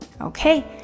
Okay